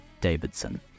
Davidson